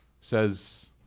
says